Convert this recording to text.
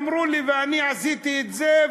אמרו לי ואני עשיתי את זה,